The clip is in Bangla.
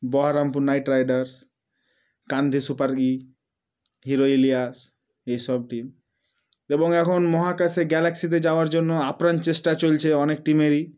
বহরমপুর নাইট রাইডার্স কান্ধি সুপারগি হিরো ইলিয়াস এইসব টিম এবং এখন মহাকাশে গ্যালাক্সিতে যাওয়ার জন্য আপ্রাণ চেষ্টা চলছে অনেক টিমেরই